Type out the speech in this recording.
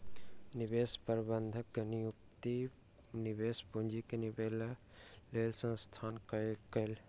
निवेश प्रबंधक के नियुक्ति निवेश पूंजी के निवेशक लेल संस्थान कयलक